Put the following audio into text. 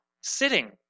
sitting